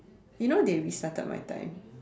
you know they restarted my time